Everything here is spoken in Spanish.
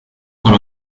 con